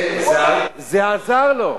זה עזר לו.